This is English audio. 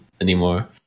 anymore